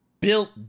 built